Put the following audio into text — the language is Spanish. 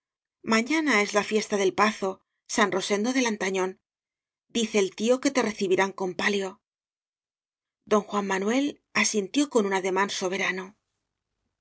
mañana es la fiesta del pazo san rosendo de lantañón dice el tío que te recibirán con palio m m don juan manuel asintió con un ademán soberano